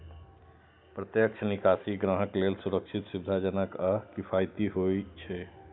प्रत्यक्ष निकासी ग्राहक लेल सुरक्षित, सुविधाजनक आ किफायती होइ छै